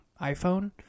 iPhone